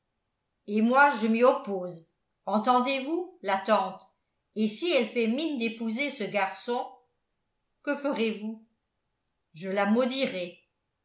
et moi je m'y oppose entendez-vous la tante et si elle fait mine d'épouser ce garçon que ferez-vous je la maudirai